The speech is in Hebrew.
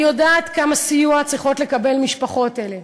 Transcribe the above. אני יודעת כמה סיוע צריכות לקבל משפחות אלה,